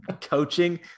coaching